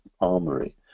armory